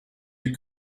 you